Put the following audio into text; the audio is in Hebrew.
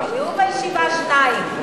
היו בישיבה, שניים.